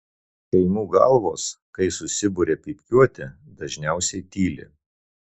šeimų galvos kai susiburia pypkiuoti dažniausiai tyli